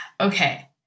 Okay